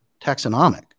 taxonomic